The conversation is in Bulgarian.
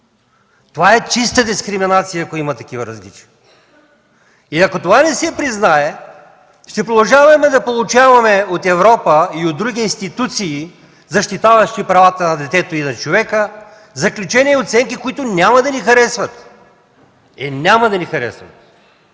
това е чиста дискриминация – ако има такива различия. Ако това не се признае, ще продължаваме да получаваме от Европа и от други институции, защитаващи правата на детето и на човека, заключения и оценки, които няма да ни харесват. Е, няма да ни харесват!